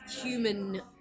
human